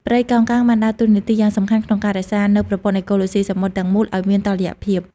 ព្រៃកោងកាងបានដើរតួនាទីយ៉ាងសំខាន់ក្នុងការរក្សានូវប្រព័ន្ធអេកូឡូស៊ីសមុទ្រទាំងមូលឲ្យមានតុល្យភាព។